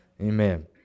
Amen